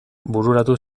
bururatu